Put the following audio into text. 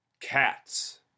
cats